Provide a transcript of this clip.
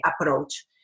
approach